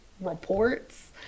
reports